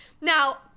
Now